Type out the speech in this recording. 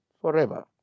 forever